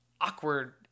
awkward